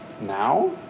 Now